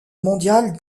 mondial